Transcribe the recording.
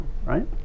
right